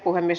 asia